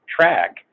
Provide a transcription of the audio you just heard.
track